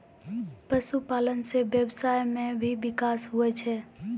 पशुपालन से व्यबसाय मे भी बिकास हुवै छै